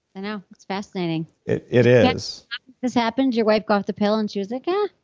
i know. it's fascinating it it is this happened, your wife go off the pill, and she was like ah.